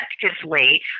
effectively